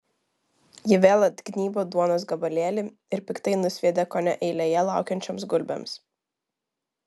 ji vėl atgnybo duonos gabalėlį ir piktai nusviedė kone eilėje laukiančioms gulbėms